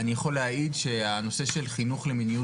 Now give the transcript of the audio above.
אני יכול להעיד שהנושא של חינוך למיניות